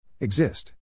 Exist